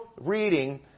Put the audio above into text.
reading